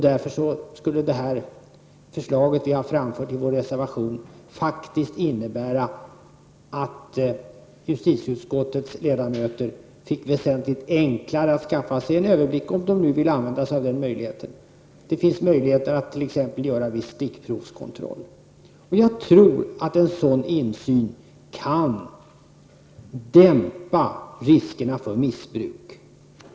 Därför skulle det förslag som vi framfört i vår reservation faktiskt göra det mycket enklare för justitieutskottets ledamöter att skaffa sig en överblick, om de skulle vilja använda sig av den möjligheten. Det skulle t.ex. ges möjlighet att göra vissa stickprovskontroller. Jag tror att en sådan insyn skulle minska riskerna för missbruk.